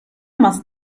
must